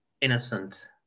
innocent